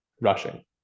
rushing